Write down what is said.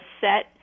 set